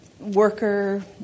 worker